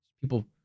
People